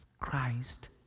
Christ